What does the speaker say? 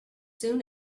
soon